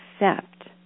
accept